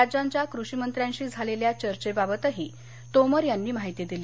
राज्यांच्या कृषीमंत्र्यांशी झालेल्या चर्चेबाबतही तोमर यांनी माहिती दिली